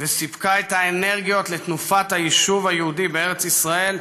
וסיפקה את האנרגיות לתנופת היישוב היהודי בארץ ישראל,